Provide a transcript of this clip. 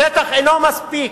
השטח אינו מספיק,